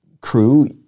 crew